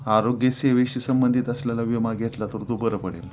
आरोग्यसेवेशी संबंधित असलेला विमा घेतला तर तू बरं पडेल